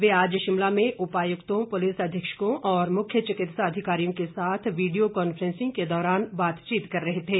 वे आज शिमला में उपायुक्तों पुलिस अधीक्षकों और मुख्य चिकित्सा अधिकारियों के साथ वीडियो कांफ्रेंसिंग के दौरान बातचीत कर रहे थे